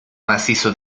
macizo